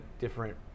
different